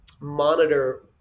monitor